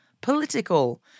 political